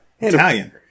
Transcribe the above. Italian